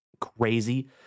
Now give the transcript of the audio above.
crazy